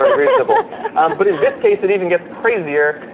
but um but in this case it even gets crazier